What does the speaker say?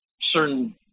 certain